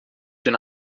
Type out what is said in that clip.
den